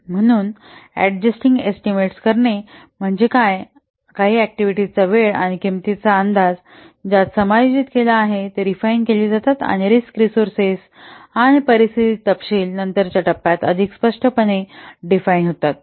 म्हणून adjusting estimates करणे म्हणजे काय काही ऍक्टिव्हिटीांचा वेळ आणि किंमतीचा अंदाज ज्यात समायोजित केला जातो ते रेफाईन केले जातात कारण रिस्क रिसोर्सेस आणि परिस्थिती तपशील नंतरच्या टप्प्यात अधिक स्पष्टपणे परिभाषित होतात